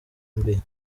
mbi